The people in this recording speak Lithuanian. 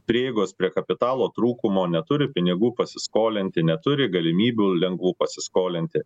prieigos prie kapitalo trūkumo neturi pinigų pasiskolinti neturi galimybių lengvų pasiskolinti